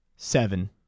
Seven